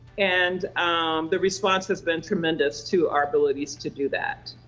and the response has been tremendous to our abilities to do that.